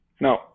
no